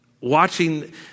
watching